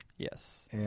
Yes